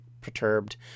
perturbed